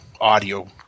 audio